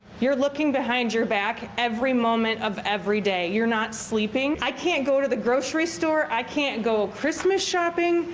you're looking behind your back every moment of every day. you're not sleeping. i can't go to the grocery store. i can't go christmas shopping.